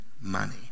money